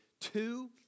two